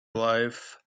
life